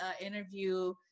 interview